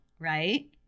Right